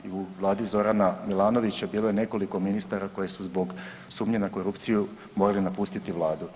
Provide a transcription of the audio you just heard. I u vladi Zorana Milanovića bilo je nekoliko ministara koje su zbog sumnje na korupciju morali napustiti vladu.